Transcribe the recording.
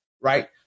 right